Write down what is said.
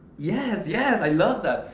yes, yes, i love that.